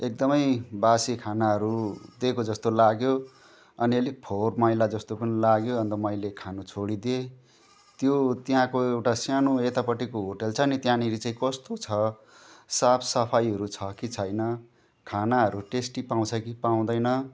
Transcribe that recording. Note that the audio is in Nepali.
एकदमै बासी खानाहरू दिएको जस्तो लाग्यो अनि अलिक फोहोरमैला जस्तो पनि लाग्यो अन्त मैले खान छोडिदिएँ त्यो त्यहाँको एउटा सानो यतापट्टिको होटल छ नि त्यहाँनिर चाहिँ कस्तो छ साफसफाइहरू छ कि छैन खानाहरू टेस्टी पाउँछ कि पाउँदैन